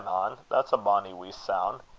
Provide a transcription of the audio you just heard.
that's a bonny wee soun'!